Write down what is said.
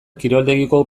kiroldegiko